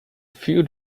few